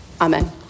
Amen